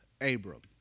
Abram